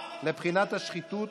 לבחינת השחיתות